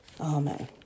Amen